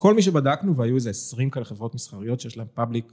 כל מי שבדקנו והיו איזה עשרים כאלה חברות מסחריות שיש להם פאבליק